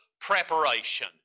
preparation